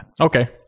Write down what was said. okay